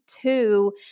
two